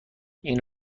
این